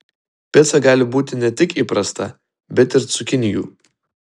pica gali būti ne tik įprasta bet ir cukinijų